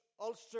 Ulster